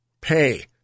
Pay